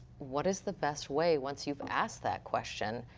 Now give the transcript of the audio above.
what is the best way once you've asked that question,